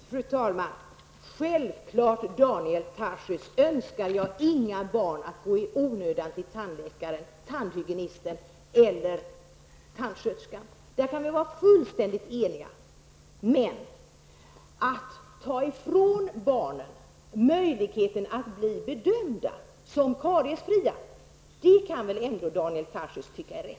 Fru talman! Självfallet, Daniel Tarschys, önskar jag inte att barn skall gå i onödan till tandläkaren, tandhygienisten eller tandsköterskan. På den punkten är vi fullständigt eniga. Men Daniel Tarschys tycker väl ändå inte att det är rätt att ta ifrån barn möjligheten att bli bedömda som kariesfria.